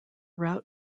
route